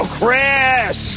Chris